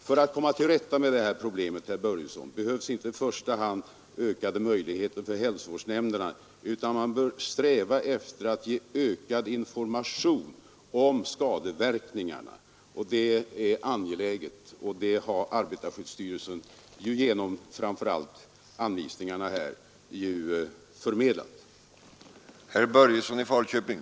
För att komma till rätta med problemet, herr Börjesson, behövs inte i första hand ökade möjligheter för hälsovårdsnämnderna, utan man bör sträva efter att ge ökad information om skadeverkningarna. Det har arbetarskyddsstyrelsen gjort genom dessa anvisningar.